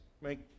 make